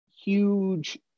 huge